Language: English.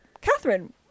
Catherine